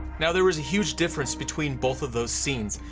now there was a huge difference between both of those scenes,